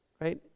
right